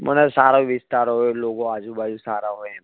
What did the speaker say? મને સારો વિસ્તાર હોય લોકો આજુ બાજુ સારાં હોય એમ